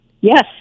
Yes